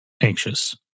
anxious